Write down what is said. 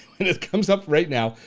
it it comes up right now,